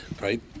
right